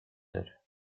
داره